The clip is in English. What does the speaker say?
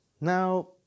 Now